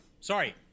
sorry